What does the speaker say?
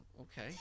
okay